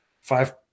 five